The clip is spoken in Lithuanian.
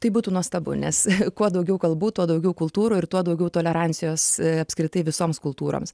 tai būtų nuostabu nes kuo daugiau kalbų tuo daugiau kultūrų ir tuo daugiau tolerancijos apskritai visoms kultūroms